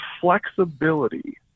flexibility